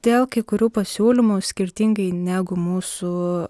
dėl kai kurių pasiūlymų skirtingai negu mūsų